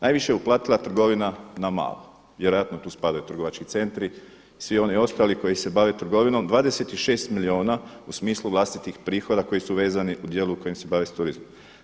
Najviše je uplatila trgovina na malo, vjerojatno tu spadaju trgovački centri i svi oni ostali koji se bave trgovinom, 26 milijuna u smislu vlastitih prihoda koji su vezani u djelu u kojem se bave s turizmom.